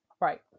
right